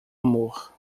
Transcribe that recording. amor